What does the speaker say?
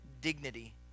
dignity